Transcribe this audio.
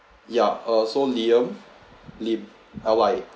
ya uh so liam lim L I